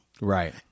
Right